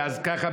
ואז ככה,